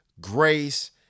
grace